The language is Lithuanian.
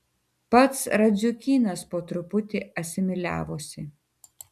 pats radziukynas po truputį asimiliavosi